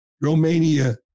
Romania